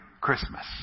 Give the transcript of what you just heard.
Christmas